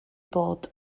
bod